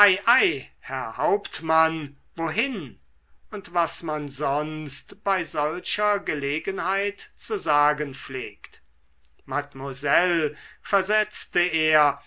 herr hauptmann wohin und was man sonst bei solcher gelegenheit zu sagen pflegt mademoiselle versetzte er